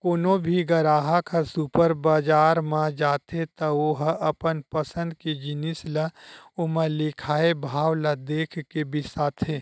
कोनो भी गराहक ह सुपर बजार म जाथे त ओ ह अपन पसंद के जिनिस ल ओमा लिखाए भाव ल देखके बिसाथे